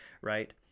right